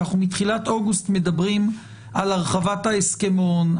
כי אנחנו מתחילת אוגוסט מדברים על הרחבת ההסכמון,